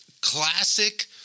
classic